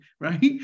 Right